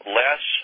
less